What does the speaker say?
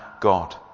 God